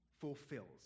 fulfills